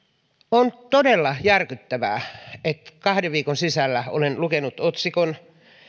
on todella järkyttävää että kahden viikon sisällä olen lukenut otsikon